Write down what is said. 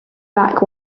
back